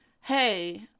hey